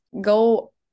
go